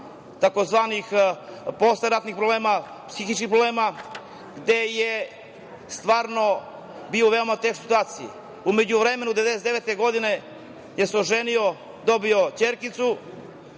tzv. posle ratnih problema, psihički problema, gde je bio u veoma teško situaciji. U međuvremenu 1999. godine se oženio, dobio ćerku,